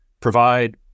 provide